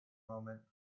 moment